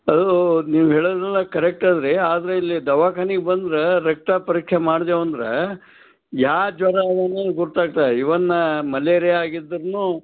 ನೀವು ಹೇಳೋದೆಲ್ಲ ಕರೆಕ್ಟ್ ಅದ ರೀ ಆದರೆ ಇಲ್ಲಿ ದವಾಖಾನಿಗೆ ಬಂದ್ರೆ ರಕ್ತ ಪರೀಕ್ಷೆ ಮಾಡ್ದೆವು ಅಂದರೆ ಯಾವ ಜ್ವರ ಗೊತ್ತಾಗ್ತದೆ ಈವನ್ ಮಲೇರಿಯಾ ಆಗಿದ್ರೂ